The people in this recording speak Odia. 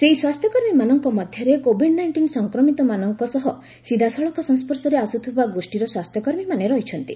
ସେହି ସ୍ୱାସ୍ଥ୍ୟକର୍ମୀମାନଙ୍କ ମଧ୍ୟରେ କୋଭିଡ ନାଇଷ୍ଟିନ୍ ସଂକ୍ରମିତ ମାନଙ୍କ ସହ ସିଧାସଳଖ ସଂମ୍ପର୍ଶରେ ଆସୁଥିବା ଗୋଷ୍ଠୀର ସ୍ୱାସ୍ଥ୍ୟ କର୍ମୀମାନେ ରହିଛନ୍ତି